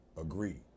agree